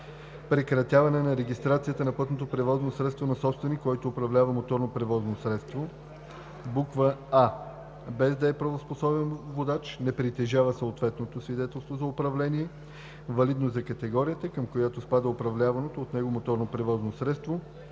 прекратяване на регистрацията на пътно превозно средство на собственик, който управлява моторно превозно средство: а) без да е правоспособен водач, не притежава съответното свидетелство за управление, валидно за категорията, към която спада управляваното от него моторно превозно средство